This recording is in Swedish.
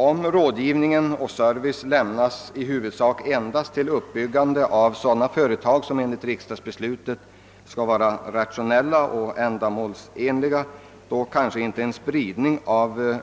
Om rådgivning och service lämnas i huvudsak endast för uppbyggande av sådana företag, som enligt riksdagsbe slut skall vara rationella, är kanske en spridning av